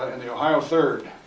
in the ohio third.